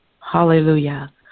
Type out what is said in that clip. Hallelujah